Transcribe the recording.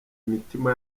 imitima